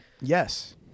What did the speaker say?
Yes